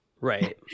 right